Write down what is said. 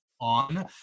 on